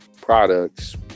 products